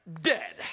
dead